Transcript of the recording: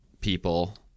people